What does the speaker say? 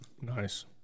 Nice